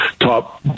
top